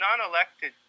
non-elected